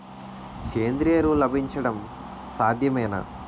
సేంద్రీయ ఎరువులు లభించడం సాధ్యమేనా?